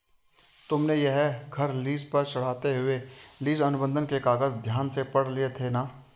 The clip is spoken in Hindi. तुमने यह घर लीस पर चढ़ाते हुए लीस अनुबंध के कागज ध्यान से पढ़ लिए थे ना?